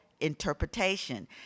interpretation